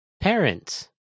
Parents